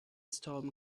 storm